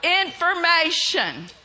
Information